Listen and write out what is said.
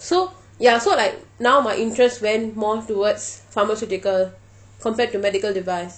so ya so like now my interest went more towards pharmaceutical compared to medical device